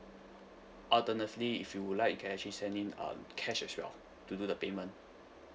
alternatively if you would like you can actually send in um cash as well to do the payment